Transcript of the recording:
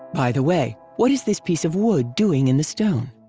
by the way, what is this piece of wood doing in the stone?